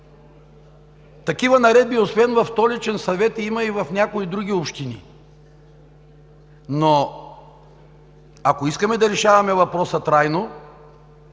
Такива наредби, освен в Столичния съвет, има и в някои други общини, но ако искаме да решаваме въпроса трайно,